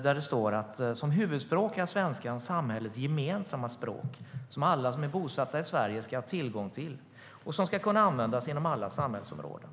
Där står det: "Som huvudspråk är svenskan samhällets gemensamma språk, som alla som är bosatta i Sverige ska ha tillgång till och som ska kunna användas inom alla samhällsområden."